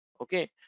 okay